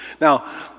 Now